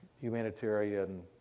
humanitarian